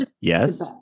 Yes